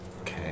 Okay